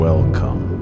Welcome